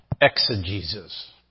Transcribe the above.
exegesis